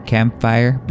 Campfire